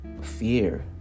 fear